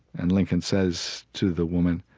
and lincoln says to the woman,